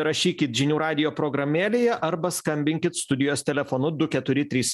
rašykit žinių radijo programėlėje arba skambinkit studijos telefonu du keturi trys